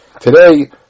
today